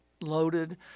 loaded